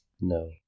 No